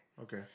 Okay